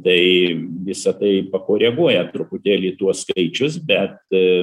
tai visa tai pakoreguoja truputėlį tuos skaičius bet